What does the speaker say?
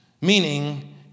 Meaning